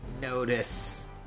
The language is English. notice